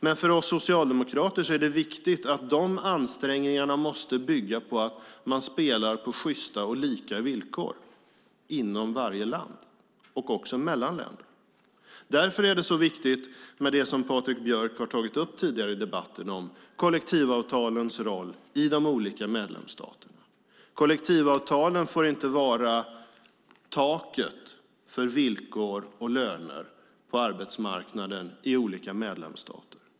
Men för oss socialdemokrater är det viktigt att dessa ansträngningar måste bygga på att man spelar på sjysta och lika villkor inom varje land och också mellan länder. Därför är det så viktigt med det som Patrik Björck har tagit upp tidigare i debatten om kollektivavtalens roll i de olika medlemsstaterna. Kollektivavtalen får inte vara taket för villkor och löner på arbetsmarknaden i olika medlemsstater.